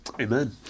amen